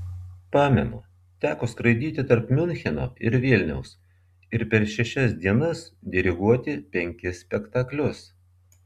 pamenu teko skraidyti tarp miuncheno ir vilniaus ir per šešias dienas diriguoti penkis spektaklius